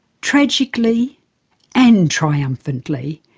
tragically and triumphantly,